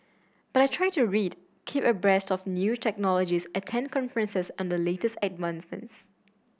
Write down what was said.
but I try to read keep abreast of new technologies attend conferences on the latest advances